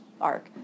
arc